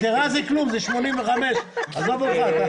"יתרה" זה כלום, זה 85. עזוב אותך.